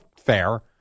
fair